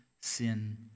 sin